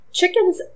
chickens